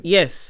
Yes